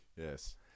Yes